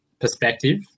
perspective